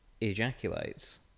ejaculates